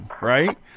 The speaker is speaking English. right